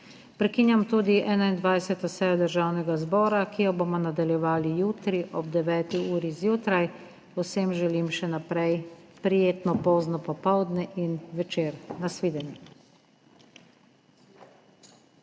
Prekinjam tudi 21. sejo Državnega zbora, ki jo bomo nadaljevali jutri ob 9. uri zjutraj. Vsem želim še naprej prijetno pozno popoldne in večer. Nasvidenje.